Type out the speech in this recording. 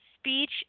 speech